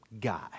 guy